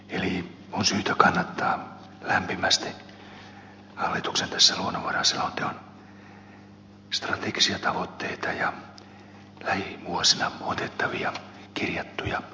eli on syytä kannattaa lämpimästi hallituksen luonnonvaraselonteon strategisia tavoitteita ja lähivuosina otettavia kirjattuja askeleita